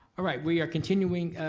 ah right we are continuing.